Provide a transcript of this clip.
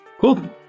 cool